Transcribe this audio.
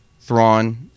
Thrawn